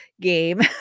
game